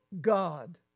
God